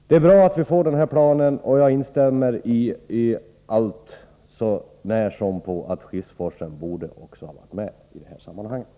Det är bra att vi får planen, och jag instämmer i allt så när som på detta att Skifsforsen inte har tagits med.